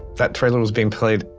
that trailer was being played,